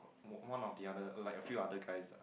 one of the other like a few other guys lah